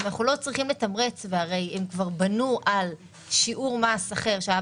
אם אנחנו לא צריכים לתמרץ והם כבר בנו על שיעור מס אחר שהיה